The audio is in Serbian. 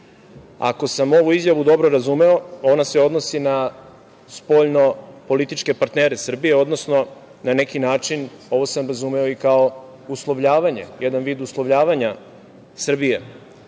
sam ovu izjavu dobro razumeo, ona se odnosi na spoljno političke partnere Srbije, odnosno na neki način ovo sam razumeo i kao uslovljavanja Srbije